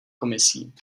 komisí